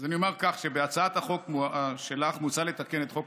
אז אני אומר כך: בהצעת החוק שלך מוצע לתקן את חוק